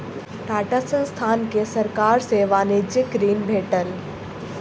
टाटा संस्थान के सरकार सॅ वाणिज्यिक ऋण भेटल